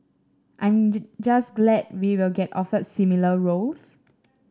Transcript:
I am just glad we will get offered similar roles